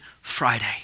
Friday